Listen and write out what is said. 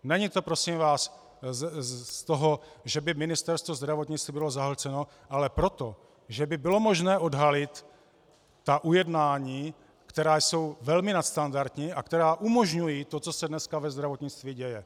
Není to, prosím vás, z toho důvodu, že by Ministerstvo zdravotnictví bylo zahlceno, ale proto, že by bylo možné odhalit ta ujednání, která jsou velmi nadstandardní a která umožňují to, co se dneska ve zdravotnictví děje.